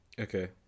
Okay